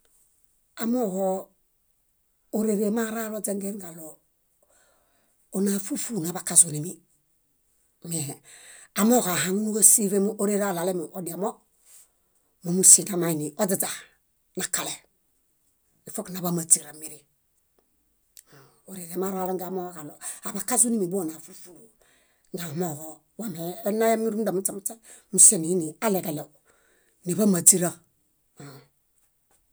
Amooġo órere maraloźengen kaɭo ona fúlu fúlu naḃakazunimi. Me amooġo ahaŋunu kásive moo órere aɭalemi odiamo mómusie namaini oźaźa nakale, ifok naḃa máźira mirin. Órere maralongen amooġoġaɭo aḃakazunimi boona fúlu fúlu. Ñaamooġo wameenayami rúmunda muśe muśe niini aɭeleġeɭew niḃa míźira.